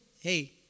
hey